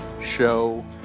Show